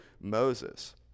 Moses